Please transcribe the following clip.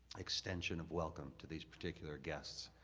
extension of welcome to these particular guests.